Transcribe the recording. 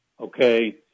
okay